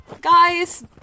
Guys